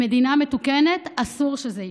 במדינה מתוקנת אסור שזה יקרה.